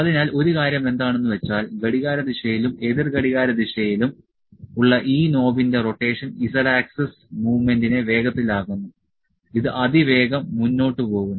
അതിനാൽ ഒരു കാര്യം എന്താണെന്നുവെച്ചാൽ ഘടികാരദിശയിലും എതിർ ഘടികാരദിശയിലും ഉള്ള ഈ നോബിന്റെ റോട്ടേഷൻ z ആക്സിസ് മൂവ്മെന്റിനെ വേഗത്തിലാക്കുന്നു ഇത് അതിവേഗം മുന്നോട്ട് പോകുന്നു